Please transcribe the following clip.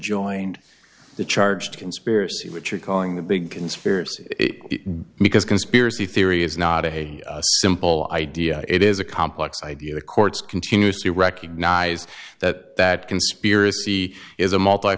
joined the charge conspiracy which you're calling the big conspiracy because conspiracy theory is not a simple idea it is a complex idea the courts continuously recognize that that conspiracy is a